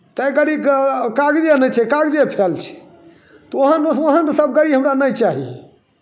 ताहि गाड़ीके कागजे नहि छै कागजे फएल छै तऽ ओहन स् ओहन सभ गड़ी हमरा नहि चाही